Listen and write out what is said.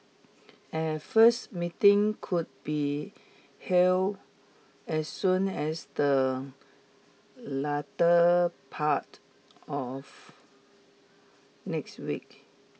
a first meeting could be held as soon as the latter part of next week